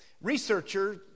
Researchers